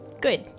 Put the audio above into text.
good